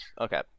Okay